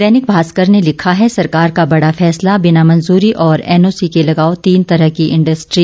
दैनिक भास्कर ने लिखा है सरकार का बड़ा फैस्ला बिना मंजूरी और एनओसी के लगाओ तीन तरह की इंडस्ट्री